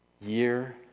year